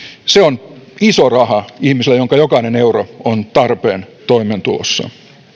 se on iso raha ihmiselle jonka jokainen euro on tarpeen toimeentulossa